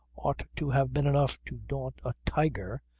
ought to have been enough to daunt a tiger,